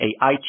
AI